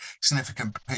significant